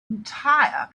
entire